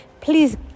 Please